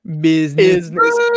Business